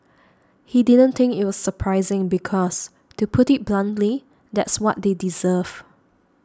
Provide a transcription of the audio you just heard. he didn't think it was surprising because to put it bluntly that's what they deserve